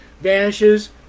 vanishes